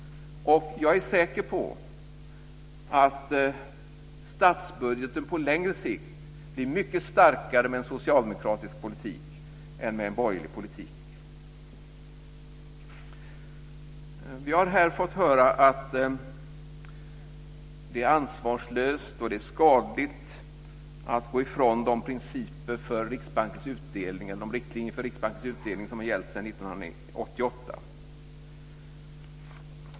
Jag är säker på att statsbudgeten på längre sikt blir mycket starkare med en socialdemokratisk politik än med en borgerlig politik. Vi har här fått höra att det är ansvarslöst och skadligt att gå ifrån de riktlinjer för Riksbankens utdelning som har gällt sedan 1988.